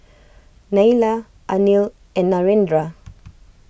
Neila Anil and Narendra